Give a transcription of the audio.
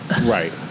Right